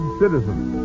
citizens